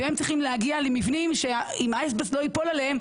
והם צריכים להגיע למבנים שאם האסבסט לא ייפול עליהם,